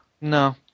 No